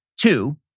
two